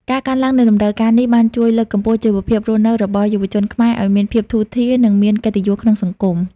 ការកើនឡើងនៃតម្រូវការនេះបានជួយលើកកម្ពស់ជីវភាពរស់នៅរបស់យុវជនខ្មែរឱ្យមានភាពធូរធារ និងមានកិត្តិយសក្នុងសង្គម។